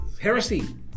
heresy